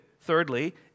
thirdly